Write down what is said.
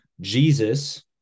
Jesus